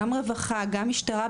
גם רווחה גם משטרה,